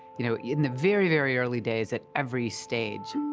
you know, in the very, very early days at every stage.